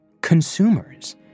consumers